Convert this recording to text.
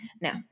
now